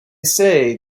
say